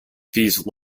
these